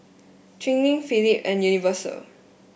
Twining Philip and Universal